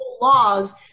laws